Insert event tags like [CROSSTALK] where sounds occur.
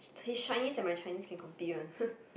his Chinese and my Chinese can compete one [LAUGHS]